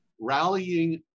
rallying